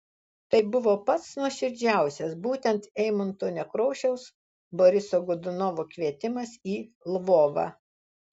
tai buvo pats nuoširdžiausias būtent eimunto nekrošiaus boriso godunovo kvietimas į lvovą